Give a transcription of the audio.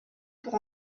pour